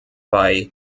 bei